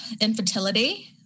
infertility